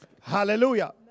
hallelujah